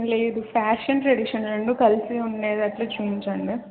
లేదు fashion tradition రెండు కలిపి ఉండేటట్లు చూపించండి